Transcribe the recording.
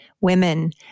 women